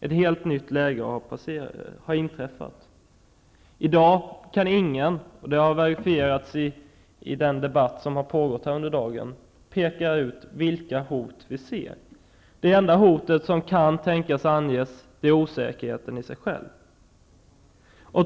Ett helt nytt läge har uppstått. I dag kan ingen peka ut vilka hot vi ser. Det har verifierats i den debatt som har pågått här under dagen. Den enda hotet som kan tänkas anges är osäkerheten i sig själv.